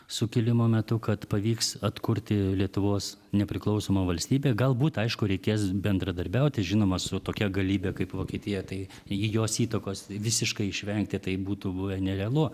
sukilimo metu kad pavyks atkurti lietuvos nepriklausomą valstybę galbūt aišku reikės bendradarbiauti žinoma su tokia galybe kaip vokietija tai ji jos įtakos visiškai išvengti tai būtų buvę nerealu